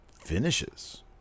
finishes